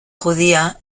judía